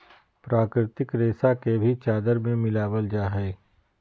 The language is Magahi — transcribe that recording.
प्राकृतिक रेशा के भी चादर में मिलाबल जा हइ